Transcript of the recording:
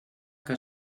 que